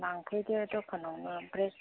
लांफैदो दखानावनो ओमफ्राय